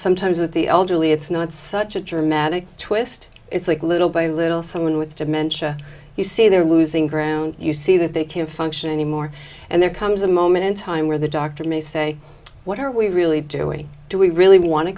sometimes with the elderly it's not such a dramatic twist it's like little by little someone with dementia you see they're losing ground you see that they can't function anymore and there comes a moment in time where the doctor may say what are we really doing do we really want to